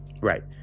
right